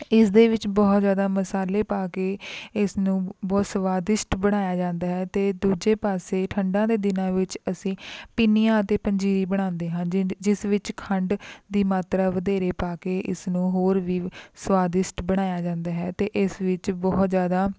ਇਸ ਦੇ ਵਿੱਚ ਬਹੁਤ ਜ਼ਿਆਦਾ ਮਸਾਲੇ ਪਾ ਕੇ ਇਸ ਨੂੰ ਬਹੁਤ ਸਵਾਦਿਸ਼ਟ ਬਣਾਇਆ ਜਾਂਦਾ ਹੈ ਅਤੇ ਦੂਜੇ ਪਾਸੇ ਠੰਡਾ ਦੇ ਦਿਨਾਂ ਵਿੱਚ ਅਸੀਂ ਪਿੰਨੀਆਂ ਅਤੇ ਪੰਜੀਰੀ ਬਣਾਉਂਦੇ ਹਨ ਜਿ ਜਿਸ ਵਿੱਚ ਖੰਡ ਦੀ ਮਾਤਰਾ ਵਧੇਰੇ ਪਾ ਕੇ ਇਸਨੂੰ ਹੋਰ ਵੀ ਸਵਾਦਿਸ਼ਟ ਬਣਾਇਆ ਜਾਂਦਾ ਹੈ ਅਤੇ ਇਸ ਵਿੱਚ ਬਹੁਤ ਜ਼ਿਆਦਾ